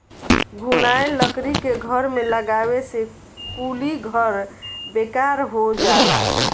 घुनाएल लकड़ी के घर में लगावे से कुली घर बेकार हो जाला